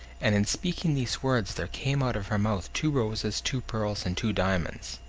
and in speaking these words there came out of her mouth two roses, two pearls, and two diamonds.